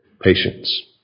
patience